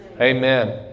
Amen